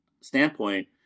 standpoint